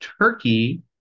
Turkey